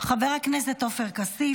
חבר הכנסת עופר כסיף,